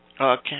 Okay